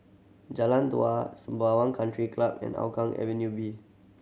Jalan Dua Sembawang Country Club and Hougang Avenue B